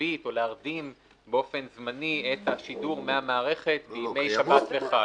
להשבית או להרדים באופן זמני את השידור מהמערכת בימי שבת וחג.